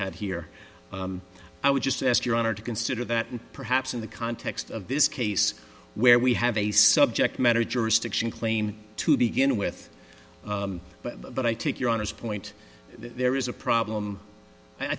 had here i would just ask your honor to consider that perhaps in the context of this case where we have a subject matter jurisdiction claim to begin with but i take your honors point that there is a problem i